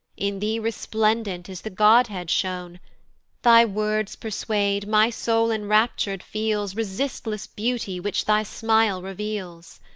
in thee resplendent is the godhead shown thy words persuade, my soul enraptur'd feels resistless beauty which thy smile reveals.